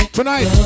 Tonight